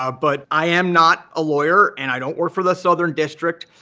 ah but i am not a lawyer and i don't work for the southern district,